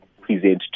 present